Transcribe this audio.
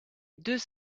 deux